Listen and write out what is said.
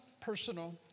personal